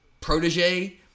protege